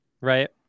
right